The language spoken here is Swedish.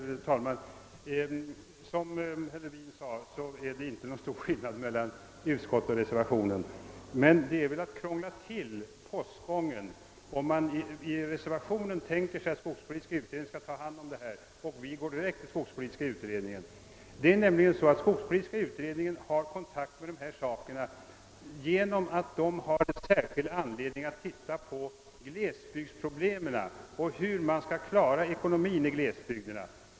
Herr talman! Som herr Levin sade är det inte någon stor skillnad mellan utskottet och reservationen. Men det är väl att krångla till postgången om man i reservationen tänker sig att Kungl. Maj:t skall ge uppdrag åt skogspolitiska utredningen att ta hand om ärendet och vi går direkt till skogspolitiska utredningen. Skogspolitiska utredningen har nämligen kontakt med dessa frågor genom att den har särskild anledning att se på glesbygdsproblemen — hur man skall klara ekonomin i glesbygderna.